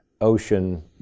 ocean